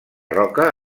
roca